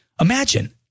Imagine